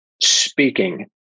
speaking